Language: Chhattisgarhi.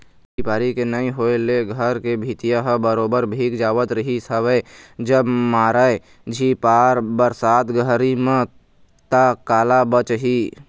झिपारी के नइ होय ले घर के भीतिया ह बरोबर भींग जावत रिहिस हवय जब मारय झिपार बरसात घरी म ता काला बचही